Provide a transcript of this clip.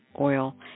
oil